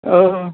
ओ